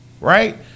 right